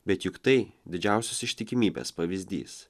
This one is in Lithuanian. bet juk tai didžiausios ištikimybės pavyzdys